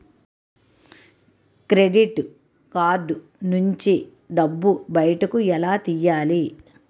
Credit card నుంచి డబ్బు బయటకు ఎలా తెయ్యలి?